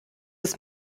ist